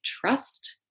trust